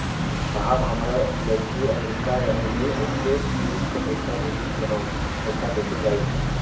साहब हमार लईकी अमेरिका रहेले ओके तीज क पैसा भेजे के ह पैसा कईसे जाई?